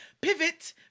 pivot